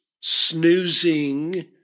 snoozing